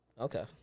Okay